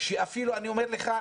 שאפילו אני אומר לך,